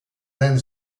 then